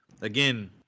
again